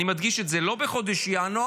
אני מדגיש את זה, לא בחודש ינואר,